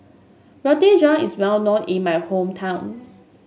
Roti John is well known in my hometown